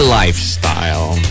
lifestyle